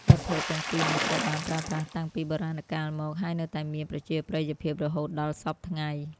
វត្ថុទាំងពីរនេះត្រូវបានប្រើប្រាស់តាំងពីបុរាណកាលមក ហើយនៅតែមានប្រជាប្រិយភាពរហូតដល់សព្វថ្ងៃ។